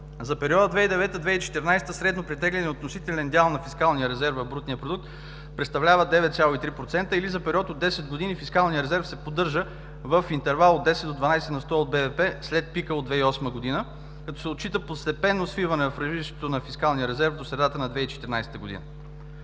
За периода 2009 г. – 2014 г. средно претегленият относителен дял на фискалния резерв в брутния вътрешен продукт представлява 9,3%, или за период от 10 години фискалният резерв се поддържа в интервал от 10 на 12 на сто от БВП, след пика от 2008 г, като се отчита постепенно свиване на фискалния резерв до средата на 2014 г.